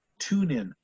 TuneIn